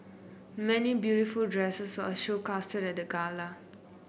many beautiful dresses are showcased at the gala